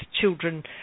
children